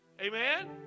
amen